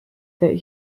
that